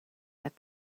that